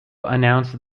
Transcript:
announce